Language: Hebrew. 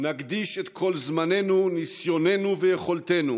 נקדיש את כל זמננו, ניסיוננו ויכולתנו